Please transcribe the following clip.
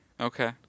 Okay